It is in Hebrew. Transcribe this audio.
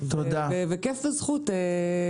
כיף וזכות.